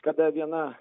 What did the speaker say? kada viena